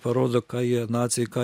parodo ką jie naciai ką